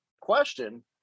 question